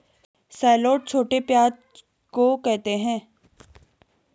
shallot छोटे प्याज़ को कहते है